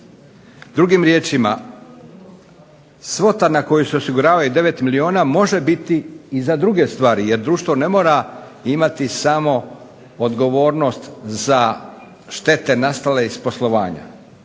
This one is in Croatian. Drugim riječima, svota na koju se osiguravaju 9 milijuna može biti i za druge stvari, jer društvo ne mora imati samo odgovornost za štete nastale iz poslovanja,